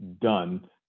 done